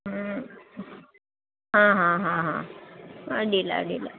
ಹಾಂ ಹಾಂ ಹಾಂ ಹಾಂ ಹಾಂ ಅಡ್ಡಿಲ್ಲ ಅಡ್ಡಿಲ್ಲ